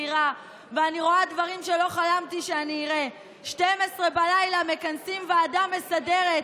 יש סיעה של ארבעה, שלושה מהם יכולים להתפזר.